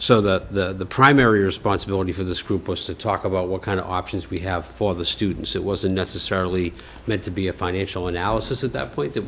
so that the primary responsibility for this group was to talk about what kind of options we have for the students it wasn't necessarily meant to be a financial analysis at that point it